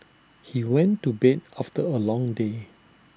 he went to bed after A long day